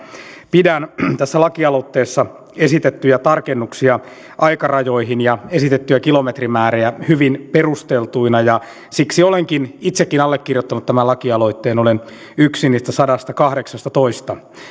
pidän tässä lakialoitteessa esitettyjä tarkennuksia aikarajoihin ja esitettyjä kilometrimääriä hyvin perusteltuina ja siksi olenkin itsekin allekirjoittanut tämän lakialoitteen olen yksi niistä sadastakahdeksastatoista